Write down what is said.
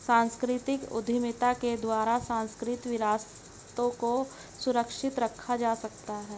सांस्कृतिक उद्यमिता के द्वारा सांस्कृतिक विरासतों को सुरक्षित रखा जा सकता है